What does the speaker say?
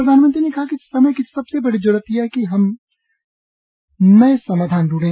प्रधानमंत्री ने कहा कि समय की सबसे बड़ी जरूरत यह है कि हम नये समाधान खोजें